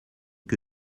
que